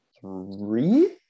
three